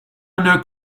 under